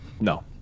No